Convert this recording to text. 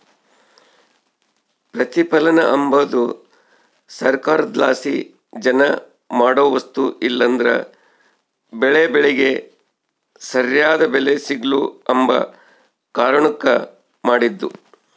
ಪ್ರತಿಪಲನ ಅಂಬದು ಸರ್ಕಾರುದ್ಲಾಸಿ ಜನ ಮಾಡೋ ವಸ್ತು ಇಲ್ಲಂದ್ರ ಬೆಳೇ ಬೆಳಿಗೆ ಸರ್ಯಾದ್ ಬೆಲೆ ಸಿಗ್ಲು ಅಂಬ ಕಾರಣುಕ್ ಮಾಡಿದ್ದು